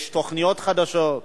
יש תוכניות חדשות.